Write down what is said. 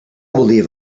believe